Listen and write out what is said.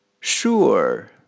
Sure